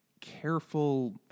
careful